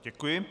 Děkuji.